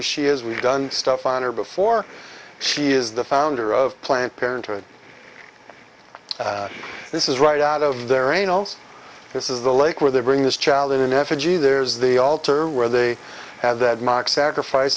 she is we've done stuff on her before she is the founder of planned parenthood this is right out of their angels this is the lake where they bring this child in effigy there's the altar where they have that mock sacrifice